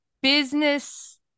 business